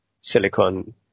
silicon